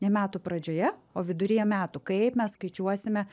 ne metų pradžioje o viduryje metų kaip mes skaičiuosime